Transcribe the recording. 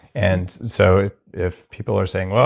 and so if people are saying, well,